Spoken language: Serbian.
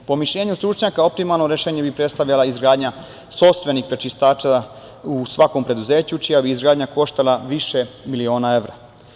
Po mišljenju stručnjaka optimalno rešenje bi predstavljala izgradnja sopstvenih prečistača u svakom preduzeću čija bi izgradnja koštala više miliona evra.